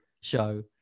show